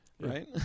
right